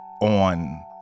on